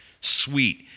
sweet